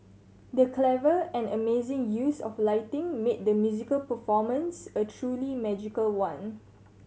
the clever and amazing use of lighting made the musical performance a truly magical one